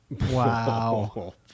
Wow